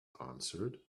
answered